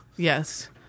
Yes